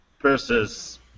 Versus